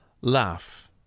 laugh